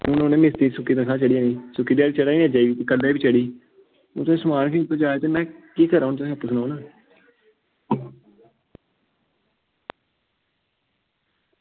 हून तुस दिक्खो मिस्तपरी दी सुक्की ध्याड़ी चढ़ा दी नी अज्ज बी छड़ी ते कल्ल बी चढ़ी जानी ते हून में केह् करां आपूं गै सनाओ